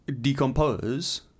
decompose